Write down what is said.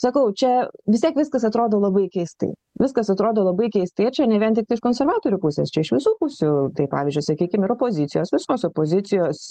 sakau čia vis tiek viskas atrodo labai keistai viskas atrodo labai keistai čia ne vien tik iš konservatorių pusės čia iš visų pusių tai pavyzdžiui sakykim ir opozicijos visos opozicijos